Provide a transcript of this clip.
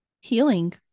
healing